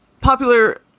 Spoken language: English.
Popular